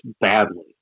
badly